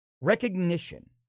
Recognition